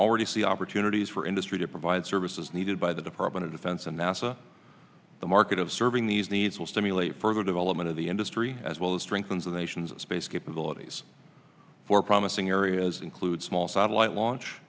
already see opportunities for industry to provide services needed by the department of defense and nasa the market of serving these needs will stimulate further development of the industry as well as strengthens the nation's space capability for promising areas include small satellite launch